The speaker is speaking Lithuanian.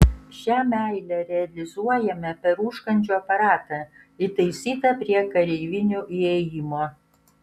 šią meilę realizuojame per užkandžių aparatą įtaisytą prie kareivinių įėjimo